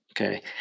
Okay